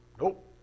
Nope